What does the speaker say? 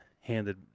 handed